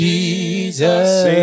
Jesus